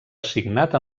assignat